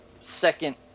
second